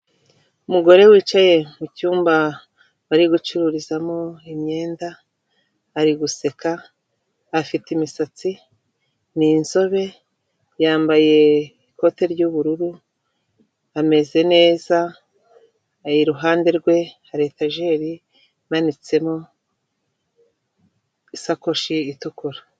Umugore wicaye mu cyumba bari gucururizamo imyenda ari guseka afite imisatsi n'inzobe yambaye ikote ry'ubururu ameze neza iruhande rwe hari etajeli imanitsemo isakoshi itukura.